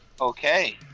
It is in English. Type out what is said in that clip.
Okay